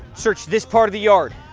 search this part of the yard.